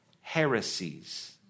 heresies